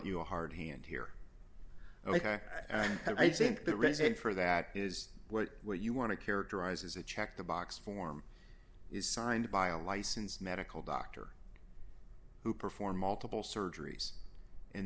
you a hard hand here ok and i think the reason for that is what what you want to characterize as a check the box form is signed by a licensed medical doctor who performed multiple surgeries and